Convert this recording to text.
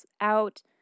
out